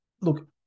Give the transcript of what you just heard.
look